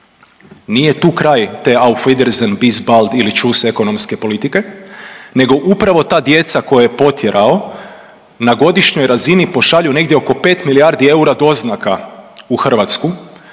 Nije tu kraj te auf wiedersehen, bis bald ili tschuss ekonomske politike, nego upravo ta djeca koju je potjerao na godišnjoj razini pošalju negdje oko 5 milijardi eura doznaka u Hrvatsku.